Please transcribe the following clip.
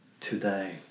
today